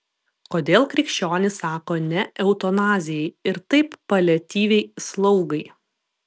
kodėl krikščionys sako ne eutanazijai ir taip paliatyviai slaugai